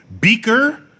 Beaker